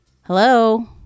Hello